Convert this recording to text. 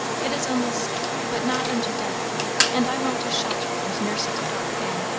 it is only sick, but not unto death and i want to shelter and nurse it to health again.